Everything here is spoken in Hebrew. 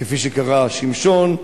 כפי שקראו שמשון,